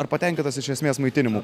ar patenkintas iš esmės maitinimu